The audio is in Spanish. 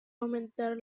aumentar